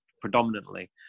predominantly